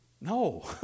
No